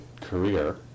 career